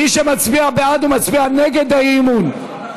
מי שמצביע בעד מצביע נגד האי-אמון.